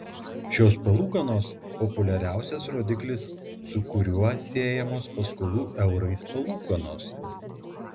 šios palūkanos populiariausias rodiklis su kuriuo siejamos paskolų eurais palūkanos